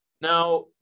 Now